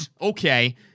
okay